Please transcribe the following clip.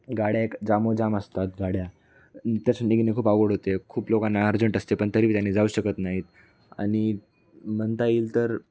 गाड्या जामो जाम असतात गाड्या त्याच्यात निघणे खूप अवघड होते खूप लोकांना अर्जंट असते पण तरी त्यानी जाऊ शकत नाहीत आणि म्हणता येईल तर